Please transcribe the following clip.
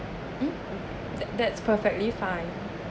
mm that's perfectly fine